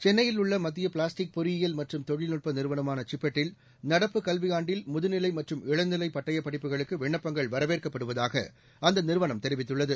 சென்னையில் உள்ள மத்திய பிளாஸ்டிக் பொறியியல் மற்றும் தொழில்நுட்ப நிறுவனமான சிப்பெட்டில் நடப்பு கல்வியாண்டில் முதுநிலை மற்றும் இளநிலை பட்டயப் படிப்புகளுக்கு விண்ணப்பங்கள் வரவேற்கப்படுவதாக அந்த நிறுவனம் தெரிவித்துள்ளது